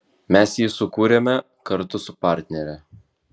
mes jį sukūrėme kartu su partnere